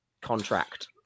contract